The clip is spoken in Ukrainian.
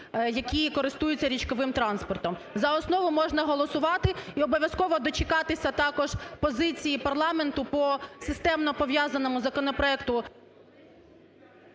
які користуються річковим транспортом. За основу можна голосувати і обов'язково дочекатися також позиції парламенту по системно пов'язаному законопроекту…